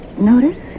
notice